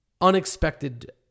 unexpected